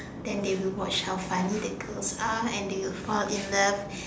then they will watch how funny the girls are and they will fall in love